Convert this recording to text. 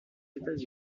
états